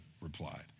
replied